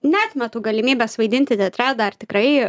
neatmetu galimybės vaidinti teatre dar tikrai